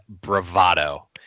Bravado